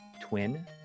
twin